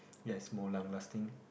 yeah it's more long lasting